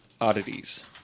oddities